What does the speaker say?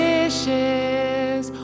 Wishes